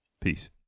peace